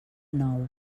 nou